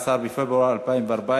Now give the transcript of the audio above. הצעת חוק לתיקון פקודת פשיטת הרגל (מס' 8) (הקצבה לזכאי למזונות),